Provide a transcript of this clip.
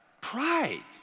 Pride